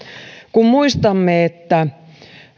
kun muistamme että